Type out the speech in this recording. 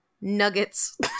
nuggets